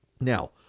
Now